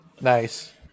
Nice